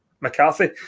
McCarthy